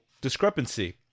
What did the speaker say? discrepancy